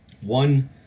One